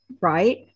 right